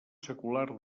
secular